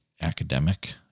academic